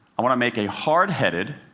i want to make a hard-headed,